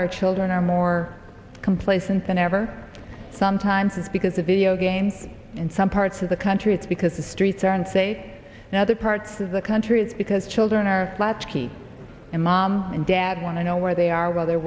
our children are more complacent than ever sometimes because of video games in some parts of the country it's because the streets are in say another parts of the country is because children are latchkey and mom and dad want to know where they are while they're